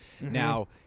Now